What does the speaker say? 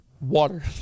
Water